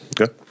Okay